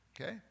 Okay